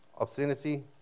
obscenity